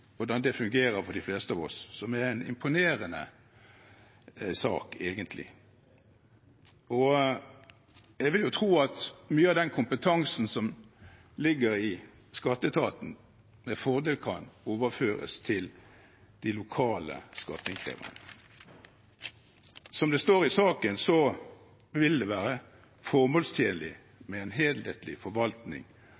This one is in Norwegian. hvordan det fungerer for de fleste av oss. Det er en imponerende sak, egentlig. Jeg vil tro at mye av den kompetansen som ligger i skatteetaten, med fordel kan overføres til de lokale skatteinnkreverne. Som det står i saken, vil det være formålstjenlig